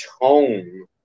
tone